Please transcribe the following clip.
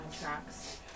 tracks